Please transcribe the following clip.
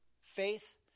Faith